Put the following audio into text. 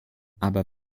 aber